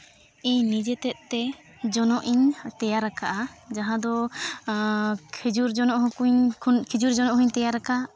ᱤᱧ ᱱᱤᱡᱮ ᱛᱮᱫᱛᱮ ᱡᱚᱱᱚᱜ ᱤᱧ ᱛᱮᱭᱟᱨ ᱠᱟᱜᱼᱟ ᱡᱟᱦᱟᱸ ᱫᱚ ᱠᱷᱮᱡᱩᱨ ᱡᱚᱱᱚᱜ ᱠᱷᱮᱡᱩᱨ ᱡᱚᱱᱚᱜ ᱦᱚᱧ ᱛᱮᱭᱟᱨ ᱠᱟᱜᱼᱟ